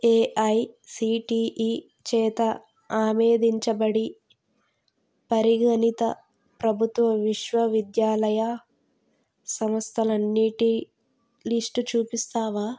AICTE చేత ఆమెదించబడి పరిగణిత ప్రభుత్వ విశ్వవిద్యాలయ సంస్థలన్నిటి లిస్ట్ చూపిస్తావా